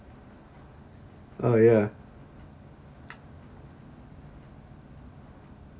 oh ya